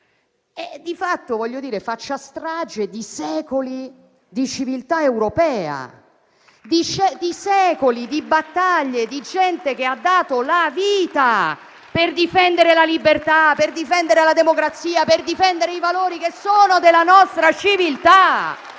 di fatto faccia strage di secoli di civiltà europea e di battaglie di gente che ha dato la vita per difendere la libertà, la democrazia e i valori che sono della nostra civiltà.